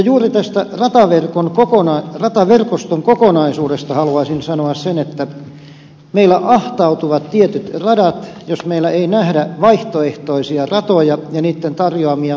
juuri tästä rataverkoston kokonaisuudesta haluaisin sanoa sen että meillä ahtautuvat tietyt radat jos meillä ei nähdä vaihtoehtoisia ratoja ja niitten tarjoamia kokonaisvaikutuksia